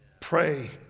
Pray